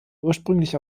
ursprünglich